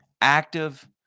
active